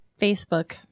facebook